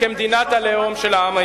הוא לא רוצה לנהל משא-ומתן,